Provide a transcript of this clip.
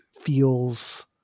feels